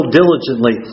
diligently